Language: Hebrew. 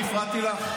אני הפרעתי לך?